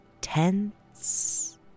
tense